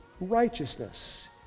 righteousness